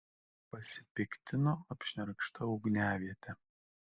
pasipiktino apšnerkšta ugniaviete